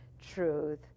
truth